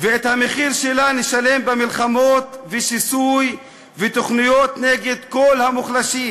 ואת המחיר שלה נשלם במלחמות ושיסוי ותוכניות נגד כל המוחלשים.